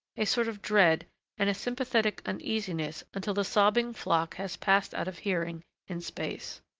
a sort of dread and a sympathetic uneasiness until the sobbing flock has passed out of hearing in space.